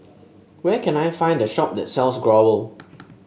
where can I find the shop that sells Growell